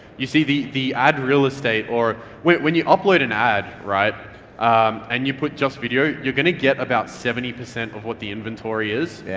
you see the the ad real estate, or when when you upload an ad, um and you put just video, you're gonna get about seventy percent of what the inventory is.